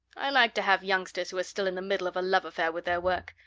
i like to have youngsters who are still in the middle of a love affair with their work.